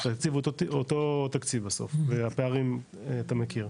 התקציב הוא אותו תקציב בסוף ואת הפערים אתה מכיר.